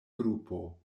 grupo